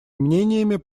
мнениями